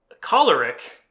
choleric